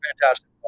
fantastic